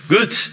Good